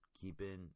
Keeping